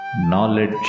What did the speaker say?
Knowledge